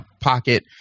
pocket